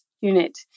unit